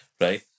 right